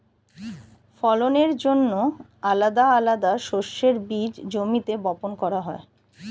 ফলনের জন্যে আলাদা আলাদা শস্যের বীজ জমিতে বপন করা হয়